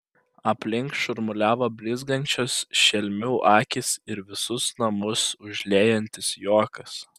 aplink šurmuliavo blizgančios šelmių akys ir visus namus užliejantis juokas